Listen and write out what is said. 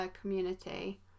Community